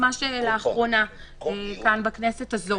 ממש לאחרונה כאן בכנסת הזו.